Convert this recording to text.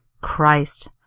Christ